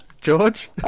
George